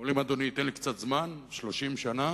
אבל אם אדוני ייתן לי קצת זמן, 30 שנה,